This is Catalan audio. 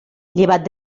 llevat